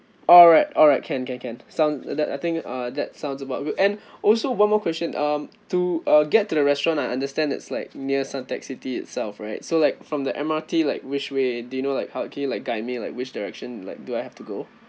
alright alright can can can sound that I think uh that sounds about good and also one more question um to uh get to the restaurant I understand it's like near suntec city itself right so like from the M_R_T like which way do you know like how can you like guide me like which direction like do I have to go